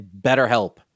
BetterHelp